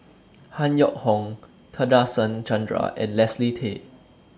Han Yong Hong Nadasen Chandra and Leslie Tay